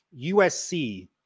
USC